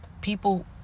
people